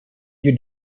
you